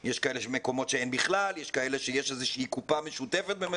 כי יש מקומות שבכלל אין ויש מקומות שיש איזושהי קופה "משותפת"